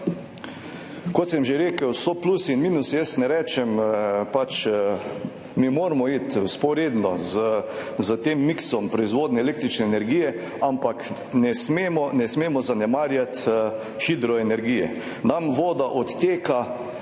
Kot sem že rekel, so plusi in minusi. Jaz ne rečem, mi moramo iti vzporedno s tem miksom proizvodnje električne energije, ampak ne smemo zanemarjati hidroenergije. Nam voda odteka